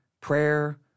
prayer